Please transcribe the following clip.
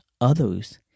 others